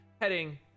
heading